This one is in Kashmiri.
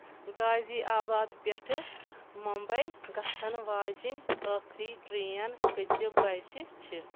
غازی آباد پیٹھٕ ممبَے گژھن واجِنۍ ٲخری ٹرین کٕژِ بجہِ چِھ